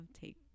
take